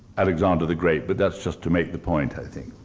alexander the great, but that's just to make the point, i think.